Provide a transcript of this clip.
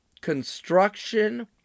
construction